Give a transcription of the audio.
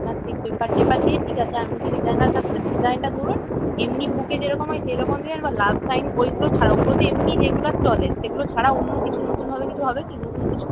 না সে পেপার টেপার দিয়ে ঠিক আছে আমি বলছি ডিজাইনারটা ডিজাইনটা ধরুন এমনি বুকে যেরকম হয় সেই রকম ডিজাইন বা লাভ সাইন ওইগুলো ছাড়া ওগুলো তো এমনি রেগুলার চলে সেগুলো ছাড়া অন্য কিছু নতুনভাবে কিছু হবে কি নতুন কিছু